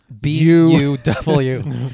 b-u-w